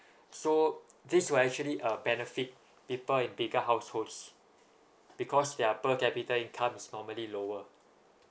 so this will actually uh benefit people in bigger households because their per capita income is normally lower